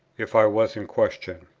if i was in question.